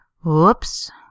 Whoops